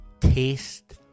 taste